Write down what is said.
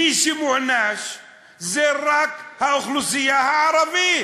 מי שמוענש זה רק האוכלוסייה הערבית.